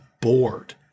bored